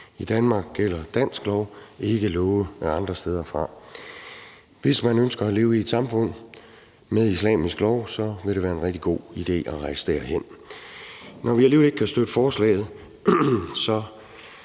I Danmark gælder dansk lov, ikke love andre steder fra. Hvis man ønsker at leve i et samfund med islamisk lov, vil det være en rigtig god idé at rejse derhen. Når vi alligevel ikke kan støtte forslaget, er